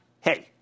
Hey